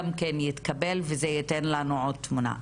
גם כן יתקבל וזה ייתן לנו עוד תמונה.